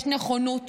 יש נכונות